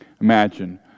imagine